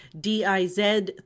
D-I-Z